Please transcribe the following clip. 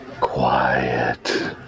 quiet